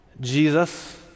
Jesus